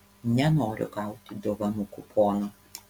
nenoriu gauti dovanų kupono